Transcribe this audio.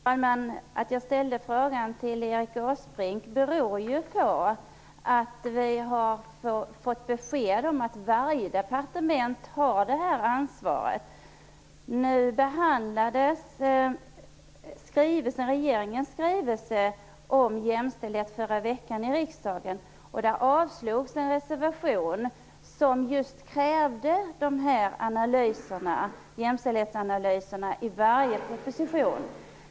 Fru talman! Att jag ställde frågan till Erik Åsbrink beror på att vi har fått besked om att varje departement har det här ansvaret. Regeringens skrivelse om jämställdhet behandlades i förra vecka i riksdagen. Då avslogs en reservation där man krävde jämställdhetsanalyser i varje proposition.